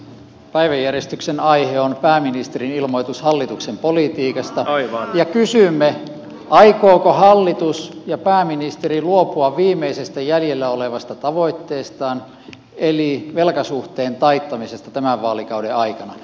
päiväjärjestyksen aihe on pääministerin ilmoitus hallituksen politiikasta ja kysymme aikooko hallitus ja pääministeri luopua viimeisestä jäljellä olevasta tavoitteestaan eli velkasuhteen taittamisesta tämän vaalikauden aikana